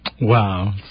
Wow